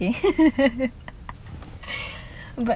but